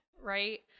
right